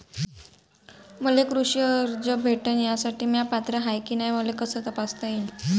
मले कृषी कर्ज भेटन यासाठी म्या पात्र हाय की नाय मले कस तपासता येईन?